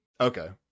Okay